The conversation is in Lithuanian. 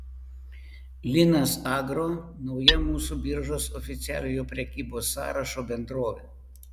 linas agro nauja mūsų biržos oficialiojo prekybos sąrašo bendrovė